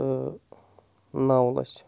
تہٕ نو لَچھ